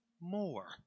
more